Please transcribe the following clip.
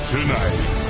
Tonight